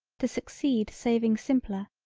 to succeed saving simpler,